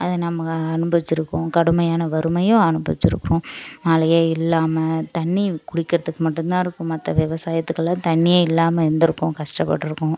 அத நம்ம அனுபவிச்சிருக்கோம் கடுமையான வறுமையும் அனுபவிச்சிருக்கோம் மழையே இல்லாமல் தண்ணி குடிக்கிறதுக்கு மட்டும் தான் இருக்கும் மற்ற விவசாயத்துக்குலாம் தண்ணியே இல்லாமல் இருந்துருக்கோம் கஷ்டப்பட்டுருக்கோம்